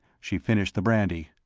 she finished the brandy.